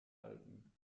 alpen